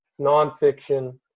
nonfiction